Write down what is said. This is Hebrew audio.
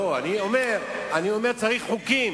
אני אומר שצריך חוקים,